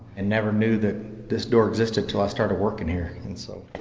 and never knew that this door existed till i started workin' here. and so